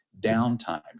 downtime